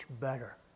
better